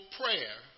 prayer